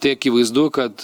tai akivaizdu kad